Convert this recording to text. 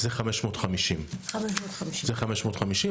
זה 550. זה 550,